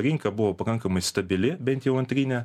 rinka buvo pakankamai stabili bent jau antrinė